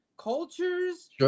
cultures